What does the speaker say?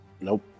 Nope